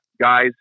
guys